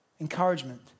encouragement